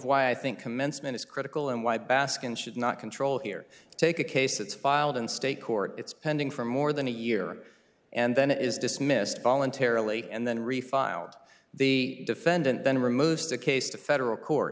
why i think commencement is critical and why baskin should not control here take a case that's filed in state court it's pending for more than a year and then it is dismissed voluntarily and then refile out the defendant then removes the case to federal court